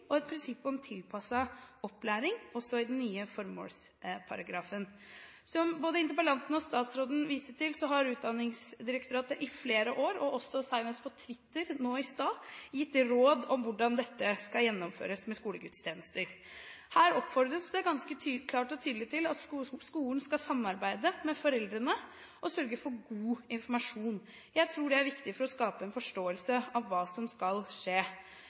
og et prinsipp om tilpasset opplæring også i den nye formålsparagrafen. Som både interpellanten og statsråden viste til, har Utdanningsdirektoratet i flere år – senest på Twitter nå i sted – gitt råd om hvordan dette med skolegudstjenester skal gjennomføres. Her oppfordres det til – ganske klart og tydelig – at skolen skal samarbeide med foreldrene og sørge for god informasjon. Jeg tror det er viktig for å skape en forståelse av hva som skal skje.